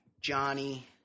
Johnny